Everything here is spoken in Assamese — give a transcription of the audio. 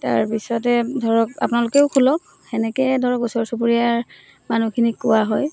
তাৰপিছতে ধৰক আপোনালোকেও খোলক সেনেকৈয়ে ধৰক ওচৰ চুবুৰীয়াৰ মানুহখিনিক কোৱা হয়